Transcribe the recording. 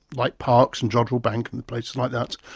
like parkes and jodrell bank and places like that,